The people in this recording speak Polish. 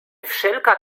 wszelka